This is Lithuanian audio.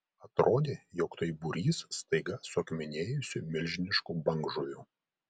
atrodė jog tai būrys staiga suakmenėjusių milžiniškų bangžuvių